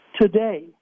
today